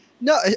no